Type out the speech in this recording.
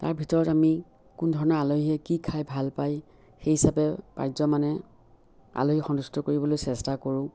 তাৰ ভিতৰত আমি কোন ধৰণৰ আলহীয়ে কি খাই ভাল পায় সেই হিচাপে পাৰ্যমানে আলহীক সন্তুষ্ট কৰিবলৈ চেষ্টা কৰোঁ